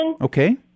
Okay